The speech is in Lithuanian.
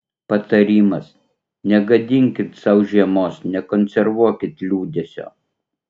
patarimas negadinkit sau žiemos nekonservuokit liūdesio